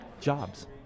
Jobs